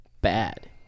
bad